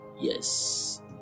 Yes